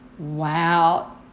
Wow